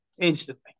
instantly